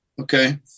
okay